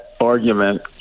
argument